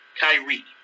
Kyrie